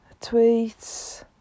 tweets